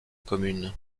commune